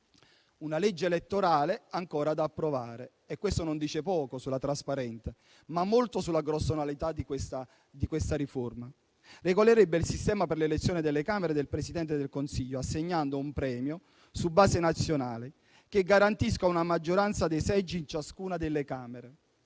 Una legge elettorale ancora da approvare - e questo non dice poco sulla trasparenza, ma molto sulla grossolanità di questa riforma - regolerebbe il sistema per le elezioni delle Camere e del Presidente del Consiglio, assegnando un premio su base nazionale che garantisca una maggioranza dei seggi in ciascuna delle Camere